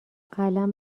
قلم